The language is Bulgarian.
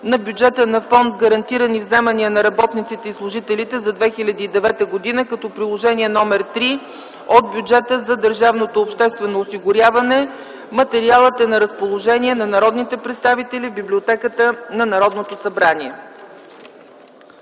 на бюджета на фонд „Гарантирани вземания на работниците и служителите за 2009 г.” като Приложение № 3 от Бюджета за държавното обществено осигуряване. Материалът е на разположение на народните представители в Библиотеката на Народното събрание.